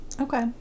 Okay